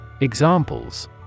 Examples